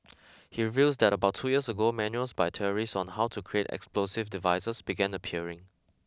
he reveals that about two years ago manuals by terrorists on how to create explosive devices began appearing